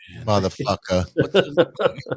motherfucker